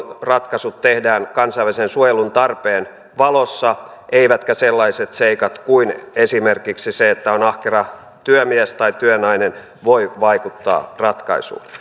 ratkaisut tehdään kansainvälisen suojelun tarpeen valossa eivätkä sellaiset seikat kuin esimerkiksi se että on ahkera työmies tai työnainen voi vaikuttaa ratkaisuun